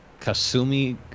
Kasumi